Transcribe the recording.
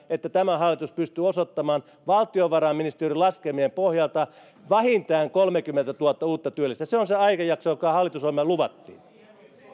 että tämä hallitus pystyy osoittamaan valtiovarainministeriön laskelmien pohjalta vähintään kolmekymmentätuhatta uutta työllistä se on se aikajakso joka hallitusohjelmassa luvattiin